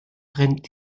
brennt